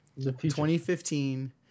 2015